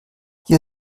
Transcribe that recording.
hier